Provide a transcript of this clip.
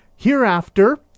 Hereafter